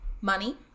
money